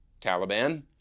Taliban